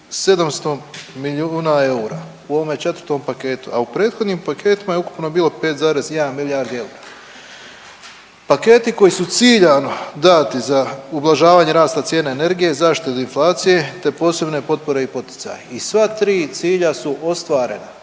700 milijuna eura u ovome 4. paketu, a u prethodnim paketima je ukupno bilo 5,1 milijarda eura. Paketi koji su ciljano dati za ublažavanje rasta cijena energije, zaštite od inflacije te posebne potpore i poticaji i sva tri cilja su ostvarena.